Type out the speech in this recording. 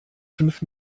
fünf